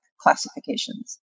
classifications